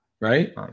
Right